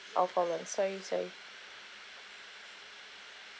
oh call one sorry sorry